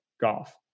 golf